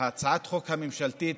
הצעת החוק הממשלתית